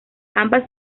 ambas